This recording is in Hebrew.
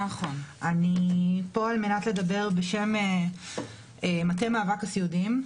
אני פה על מנת לדבר בשם מטה מאבק הסיעודיים,